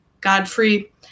Godfrey